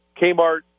Kmart